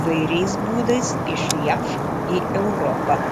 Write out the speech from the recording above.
įvairiais būdais iš jav į europą